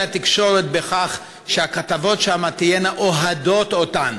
התקשורת בכך שהכתבות שם תהיינה אוהדות אותן.